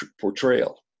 portrayal